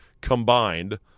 combined